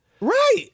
right